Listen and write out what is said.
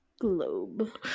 Globe